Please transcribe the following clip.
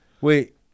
wait